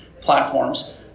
platforms